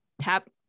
tap